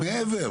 מעבר.